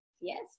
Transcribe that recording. yes